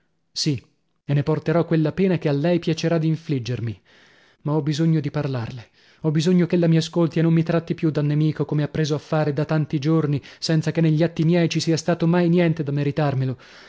sì e ne porterò quella pena che a lei piacerà d'infliggermi ma ho bisogno di parlarle ho bisogno ch'ella mi ascolti e non mi tratti più da nemico come ha preso a fare da tanti giorni senza che negli atti miei ci sia stato mai niente da meritarmelo